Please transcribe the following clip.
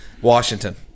Washington